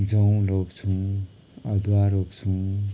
जौँ रोप्छौँ अदुवा रोप्छौँ